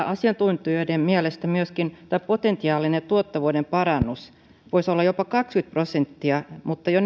asiantuntijoiden mielestä potentiaalinen tuottavuuden parannus voisi olla jopa kaksikymmentä prosenttia mutta jo